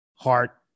Heart